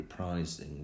reprising